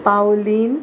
Pauline